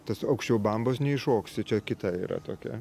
tas aukščiau bambos neiššoksi čia kita yra tokia